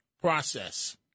process